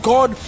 God